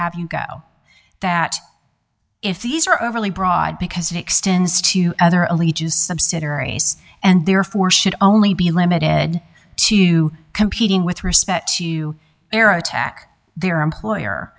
have you go that if these are overly broad because it extends to other allegiance subsidiaries and therefore should only be limited ed to competing with respect to their attack their employer